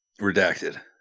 Redacted